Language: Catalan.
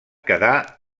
quedà